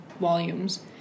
volumes